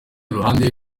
ruhande